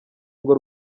ngo